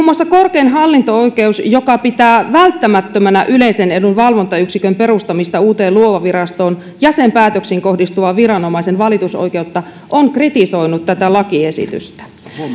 muassa korkein hallinto oikeus joka pitää välttämättömänä yleisen edun valvontayksikön perustamista uuteen luova virastoon ja sen päätöksiin kohdistuvaa viranomaisen valitusoikeutta on kritisoinut tätä lakiesitystä